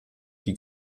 die